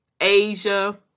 Asia